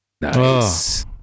Nice